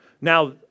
Now